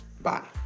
Bye